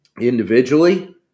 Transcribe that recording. individually